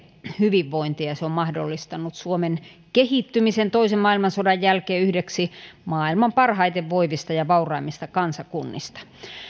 hyvinvointia ja se on mahdollistanut suomen kehittymisen toisen maailmansodan jälkeen yhdeksi maailman parhaiten voivista ja vauraimmista kansakunnista